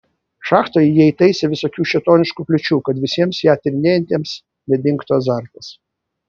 šachtoje jie įtaisė visokių šėtoniškų kliūčių kad visiems ją tyrinėjantiems nedingtų azartas